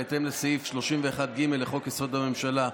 בהתאם לסעיף 31(ג) לחוק-יסוד: הממשלה,